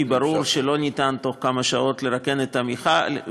כי ברור שאי-אפשר בתוך כמה שעות לרוקן את המכל,